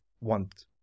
want